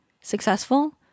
successful